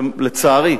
לצערי,